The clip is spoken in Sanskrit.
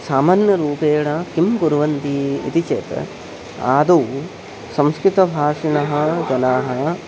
सामान्यरूपेण किं कुर्वन्ति इति चेत् आदौ संस्कृतभाषिणः जनाः